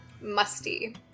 musty